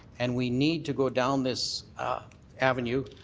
and we need to go down this ah avenue,